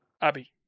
Abby